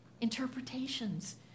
interpretations